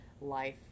life